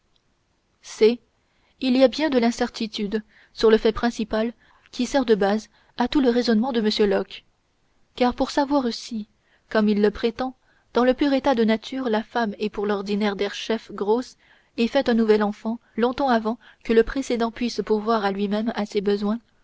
il y a bien de l'incertitude sur le fait principal qui sert de base à tout le raisonnement de m locke car pour savoir si comme il le prétend dans le pur état de nature la femme est pour l'ordinaire derechef grosse et fait un nouvel enfant longtemps avant que le précédent puisse pourvoir lui-même à ses besoins